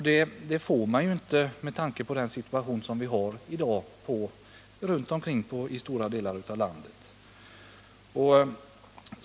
Det får de ju inte i den situation som råder i dag i stora delar av landet.